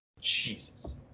Jesus